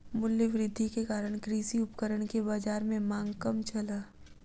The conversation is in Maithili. मूल्य वृद्धि के कारण कृषि उपकरण के बाजार में मांग कम छल